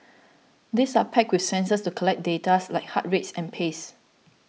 these are packed with sensors to collect data like heart rates and paces